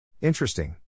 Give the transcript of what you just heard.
Interesting